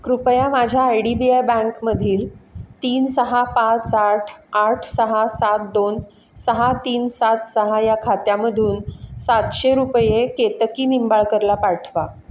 कृपया माझ्या I D B I बँकमधील तीन सहा पाच आठ आठ सहा सात दोन सहा तीन सात सहा या खात्यामधून सातशे रुपये केतकी निंबाळकरला पाठवा